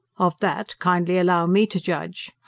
of that, kindly allow me to judge.